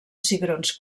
cigrons